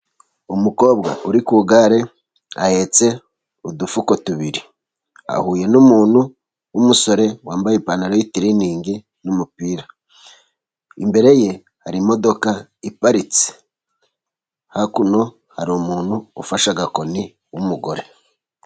Umukobwa uri ku igare ahetse udufuko tubiri, ahuye n'umuntu w'umusore wambaye ipantaro y'itiriningi n'umupira, imbere ye hari imodoka iparitse hakuno hari umuntu ufashe agakoni w'umugore.